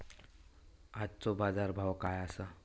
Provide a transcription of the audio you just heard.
आजचो बाजार भाव काय आसा?